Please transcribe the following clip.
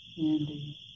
Andy